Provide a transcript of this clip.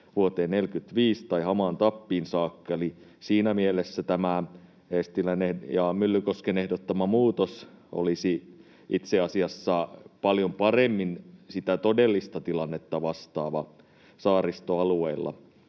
vuoteen 45 tai hamaan tappiin saakka, eli siinä mielessä tämä Eestilän ja Myllykosken ehdottama muutos olisi itse asiassa paljon paremmin todellista tilannetta vastaava saaristoalueilla.